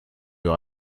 leur